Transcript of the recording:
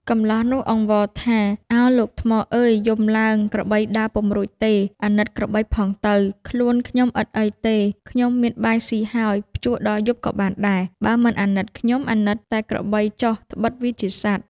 កម្លោះនោះអង្វរថា "ឱ! លោកថ្មអើយយំឡើង ក្របីដើរពុំរួចទេ អាណិតក្របីផងទៅ ខ្លួនខ្ញុំឥតអីទេ ខ្ញុំមានបាយស៊ីហើយ ភ្ជួរដល់យប់ក៏បានដែរ បើមិនអាណិតខ្ញុំអាណិតតែក្របីចុះត្បិតវាជាសត្វ"។